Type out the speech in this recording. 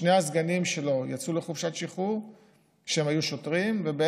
שני הסגנים שלו שהיו שוטרים יצאו לחופשת שחרור,